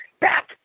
back